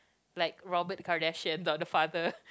like Robert-Kardashian God Father